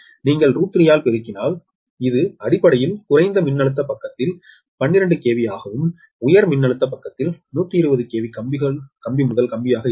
நீங்கள் √𝟑 ஆல் பெருக்கினால் இது அடிப்படையில் குறைந்த மின்னழுத்த பக்கத்தில் 12 KV ஆகவும் உயர் மின்னழுத்த பக்கத்தில் 120 KV கம்பிமுதல்கம்பியாக இருக்கும்